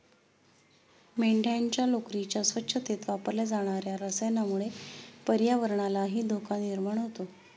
मेंढ्यांच्या लोकरीच्या स्वच्छतेत वापरल्या जाणार्या रसायनामुळे पर्यावरणालाही धोका निर्माण होतो